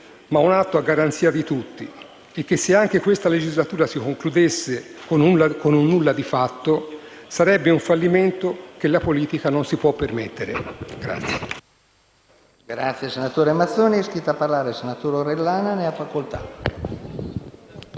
ma un atto a garanzia di tutti, e che se anche questa legislatura si concludesse con un nulla di fatto sarebbe un fallimento che la politica non si può permettere.